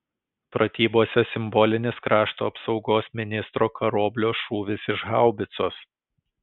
pratybose simbolinis krašto apsaugos ministro karoblio šūvis iš haubicos